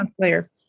player